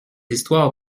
histoires